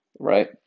right